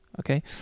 Okay